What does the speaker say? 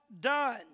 done